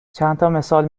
چندتامثال